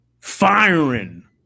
firing